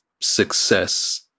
success